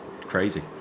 crazy